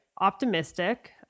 optimistic